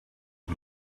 and